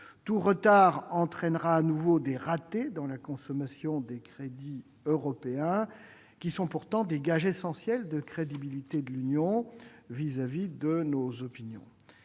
Tout retard entraînera de nouveau des ratés dans la consommation des crédits européens, qui sont pourtant des gages essentiels de crédibilité de l'Union européenne à l'égard de nos opinions.